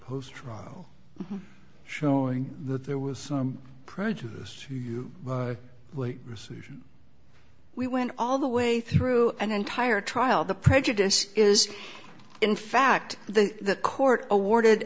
post trial showing that there was some prejudice you received we went all the way through an entire trial the prejudice is in fact the court awarded